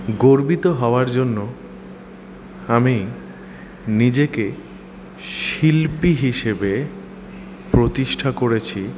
গর্বিত হওয়ার জন্য আমি নিজেকে শিল্পী হিসেবে প্রতিষ্ঠা করেছি